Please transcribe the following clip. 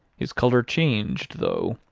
his colour changed though,